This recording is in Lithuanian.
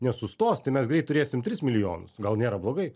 nesustos tai mes greit turėsim tris milijonus gal nėra blogai